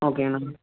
ஓகேங்கண்ணா